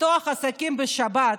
לפתוח עסקים בשבת,